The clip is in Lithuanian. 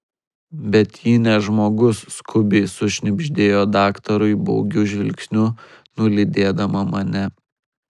bet ji ne žmogus skubiai sušnibždėjo daktarui baugiu žvilgsniu nulydėdama mane